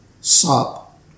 sop